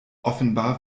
offenbar